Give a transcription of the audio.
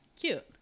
cute